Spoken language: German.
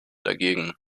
dagegen